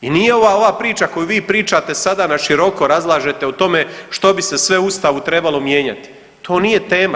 I nije ova, ova priča koju vi pričate naširoko razlažete o tome što bi se sve u Ustavu trebalo mijenjati, to nije tema.